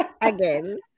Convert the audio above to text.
Again